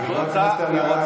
חברת הכנסת אלהרר נמצאת,